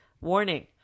Warning